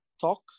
talk